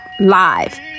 Live